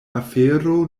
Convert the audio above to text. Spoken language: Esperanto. afero